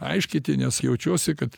aiškyti nes jaučiuosi kad